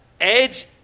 Edge